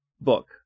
book